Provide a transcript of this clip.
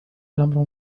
الأمر